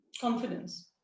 confidence